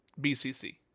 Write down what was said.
BCC